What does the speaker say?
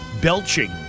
belching